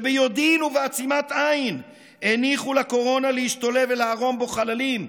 שביודעין ובעצימת עין הניחו לקורונה להשתולל ולערום חללים.